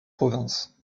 province